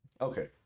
Okay